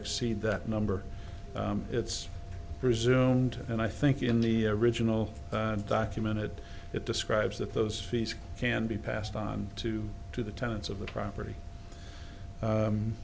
exceed that number it's presumed and i think in the original documented it describes that those fees can be passed on to to the tenants of the property